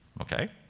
Okay